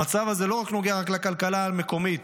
המצב הזה לא נוגע רק לכלכלה המקומית,